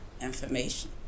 information